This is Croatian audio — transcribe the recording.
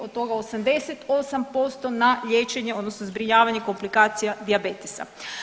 Od toga 88% na liječenje, odnosno zbrinjavanje komplikacija dijabetesa.